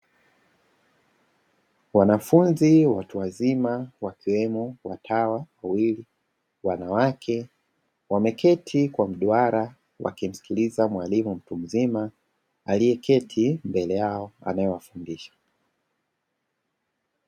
Wanafunzi watu wazima wakiwemo watawa wawili wanawake wameketi kwa mduara wakimskiliza mwalimu mtu mzima akiwa aliyketi mbele yao anaewafundisha.